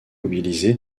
mobilisé